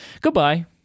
Goodbye